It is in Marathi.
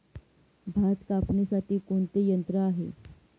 भात कापणीसाठी कोणते यंत्र आहे?